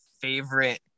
favorite